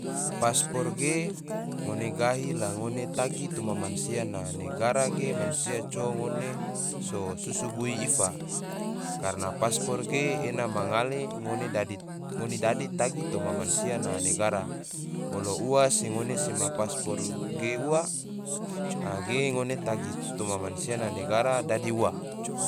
Pasport ge, ngone gahi la ngone tagi toma mansia na negara ge, mansia coho ngone so susu bui ifa, karna pasport ge ena ma ngale ngone dadi tagi toma mansia na negara, bolo ua se ngone sema pasport ge ua, a ge ngone tagi toma mansia na negara dadi ua